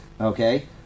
Okay